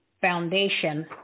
foundation